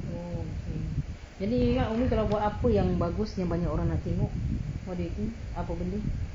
oh okay jadi ingat umi kalau buat apa yang bagus yang banyak orang nak tengok what do you think apa benda